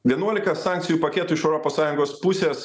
vienuolika sankcijų paketui iš europos sąjungos pusės